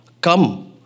Come